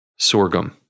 sorghum